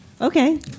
Okay